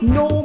no